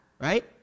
right